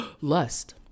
lust